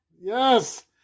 Yes